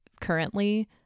currently